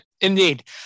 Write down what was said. indeed